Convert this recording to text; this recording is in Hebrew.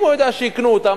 אם הוא יודע שיקנו אותה,